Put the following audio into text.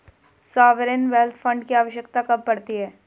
Sovereign wealth fund की आवश्यकता कब पड़ती है?